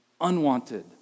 unwanted